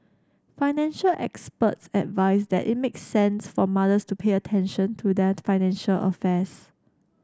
financial experts advise that it makes sense for mothers to pay attention to their financial affairs